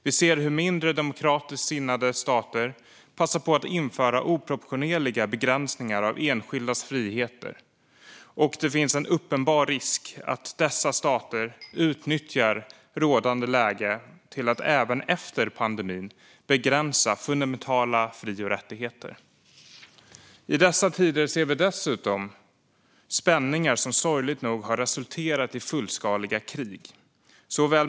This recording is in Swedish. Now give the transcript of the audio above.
Vi ser hur mindre demokratiskt sinnade stater passar på att införa oproportionerliga begränsningar av enskildas friheter, och det finns en uppenbar risk för att dessa stater utnyttjar rådande läge till att även efter pandemin begränsa fundamentala fri och rättigheter. I dessa tider ser vi dessutom spänningar som sorgligt nog har resulterat i fullskaliga krig.